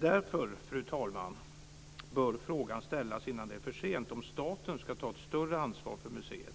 Därför, fru talman, bör frågan ställas innan det är för sent: Bör staten ta ett större ansvar för museet,